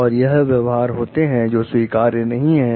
और यह व्यवहार होते हैं जो स्वीकार्य नहीं हैं